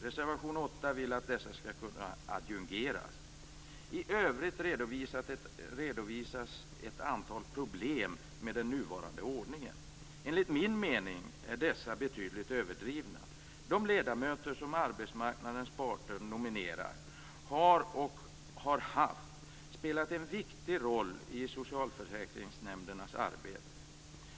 Reservation 8 vill att dessa ledamöter skall kunna adjungeras. I övrigt redovisas ett antal problem med den nuvarande ordningen. Enligt min mening är dessa betydligt överdrivna. De ledamöter som arbetsmarknadens parter nominerar spelar och har spelat en viktig roll i socialförsäkringsnämndernas arbete.